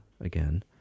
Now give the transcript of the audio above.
again